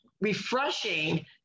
refreshing